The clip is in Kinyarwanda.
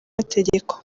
amategeko